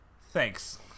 thanks